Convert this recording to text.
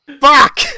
Fuck